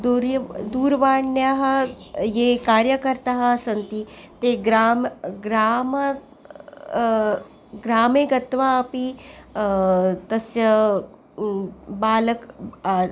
दूर्य दूरवाण्याः ये कार्यकर्ताः सन्ति ते ग्रामं ग्रामं ग्रामे गत्वा अपि तस्य बालकं